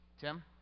Tim